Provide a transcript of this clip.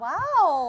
Wow